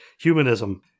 Humanism